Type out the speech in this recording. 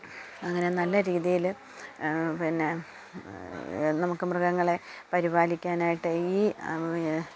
അങ്ങനെ നല്ല രീതിയില് പിന്നെ നമുക്ക് മൃഗങ്ങളെ പരിപാലിക്കാനായിട്ട് ഈ